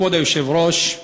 כבוד היושב-ראש,